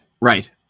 right